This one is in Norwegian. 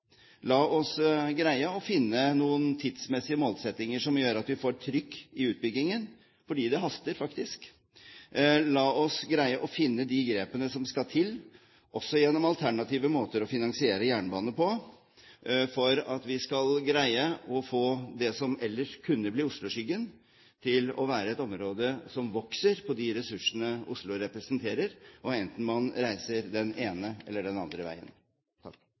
La oss greie å finne noen tidsmessige målsettinger som gjør at vi får trykk i utbyggingen, for det haster faktisk. La oss finne de grepene som skal til, også gjennom alternative måter å finansiere jernbanen på, for at vi skal greie å få det som ellers kunne bli Oslo-skyggen, til å være et område som vokser på de ressursene Oslo representerer, enten man reiser den ene eller den andre veien.